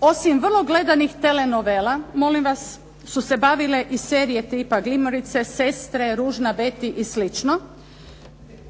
osim vrlo gledanih telenovela, molim vas su se i bavile i serije tipa "Gilmoreice", "Sestre", "Ružna Betty" i slično",